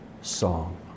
song